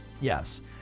Yes